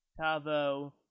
Tavo